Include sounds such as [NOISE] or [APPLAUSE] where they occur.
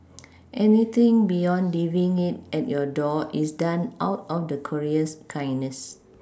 anything beyond leaving it at your door is done out of the courier's kindness [NOISE]